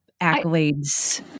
accolades